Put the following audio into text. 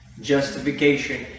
Justification